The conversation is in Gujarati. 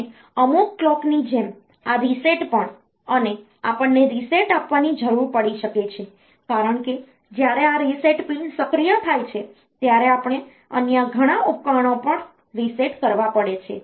અને અમુક કલોકની જેમ આ રીસેટ પણ અને આપણને રીસેટ આપવાની જરૂર પડી શકે છે કારણ કે જ્યારે આ રીસેટ પિન સક્રિય થાય છે ત્યારે આપણે અન્ય ઘણા ઉપકરણો પણ રીસેટ કરવા પડે છે